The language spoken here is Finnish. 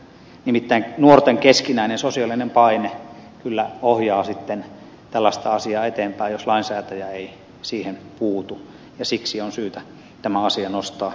nimittäin nuorten keskinäinen sosiaalinen paine kyllä ohjaa tällaista asiaa eteenpäin jos lainsäätäjä ei siihen puutu ja siksi on syytä tämä asia nostaa keskusteluun